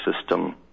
system